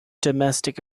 domestic